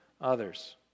others